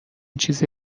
چیزی